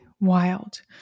wild